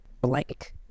blank